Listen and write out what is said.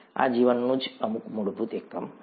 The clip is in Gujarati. આ જીવનનું જ અમુક મૂળભૂત એકમ છે